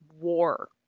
war